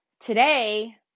today